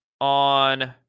On